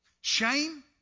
Shame